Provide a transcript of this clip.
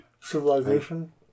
Civilization